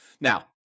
Now